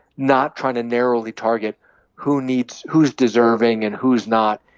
not trying to narrowly target who needs who's deserving and who's not.